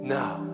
now